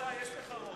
יש לך רוב פה.